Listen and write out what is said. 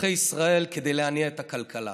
לאזרחי ישראל כדי להניע את הכלכלה.